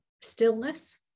stillness